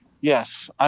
Yes